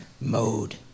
mode